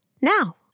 now